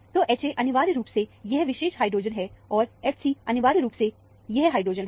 तो Ha अनिवार्य रूप से यह विशेष हाइड्रोजन है और Hc अनिवार्य रूप से यह हाइड्रोजन है